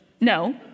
No